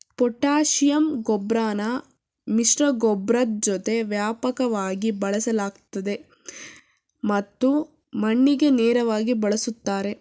potassium ಗೊಬ್ರನ ಮಿಶ್ರಗೊಬ್ಬರದ್ ಜೊತೆ ವ್ಯಾಪಕವಾಗಿ ಬಳಸಲಾಗ್ತದೆ ಮತ್ತು ಮಣ್ಣಿಗೆ ನೇರ್ವಾಗಿ ಬಳುಸ್ತಾರೆ